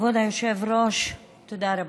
כבוד היושב-ראש, תודה רבה.